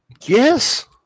Yes